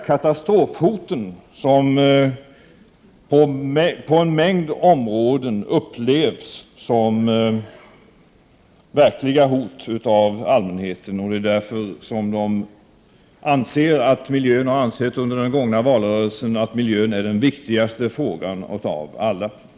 Katastrofhoten på en mängd områden upplevs av allmänheten som verkliga hot, och det är därför som allmänheten under den gångna valrörelsen har ansett att miljön är den viktigaste frågan av alla.